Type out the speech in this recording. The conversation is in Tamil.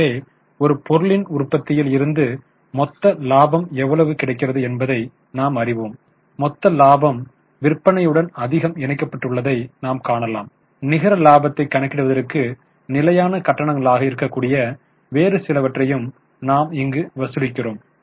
எனவே ஒரு பொருளின் உற்பத்தியில் இருந்து மொத்த இலாபம் எவ்வளவு கிடைக்கிறது என்பதை நாம் அறிவோம் மொத்த இலாபம் விற்பனையுடன் அதிகம் இணைக்கப்பட்டுள்ளதை நாம் காணலாம் நிகர இலாபத்தைக் கணக்கிடுவதற்கு நிலையான கட்டணங்களாக இருக்கக்கூடிய வேறு சிலவற்றையும் நாம் இங்கு வசூலிக்கிறோம்